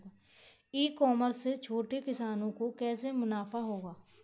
ई commerce से छोटे किसानों को कैसे मुनाफा होगा?